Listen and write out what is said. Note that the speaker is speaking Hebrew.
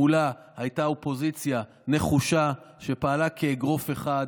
מולה הייתה אופוזיציה נחושה שפעלה כאגרוף אחד.